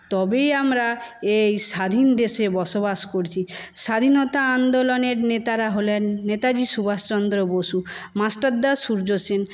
তবেই আমরা এই স্বাধীন দেশে বসবাস করছি স্বাধীনতা আন্দোলনের নেতারা হলেন নেতাজি সুভাষ চন্দ্র বসু মাস্টারদা সূর্য সেন